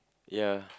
ya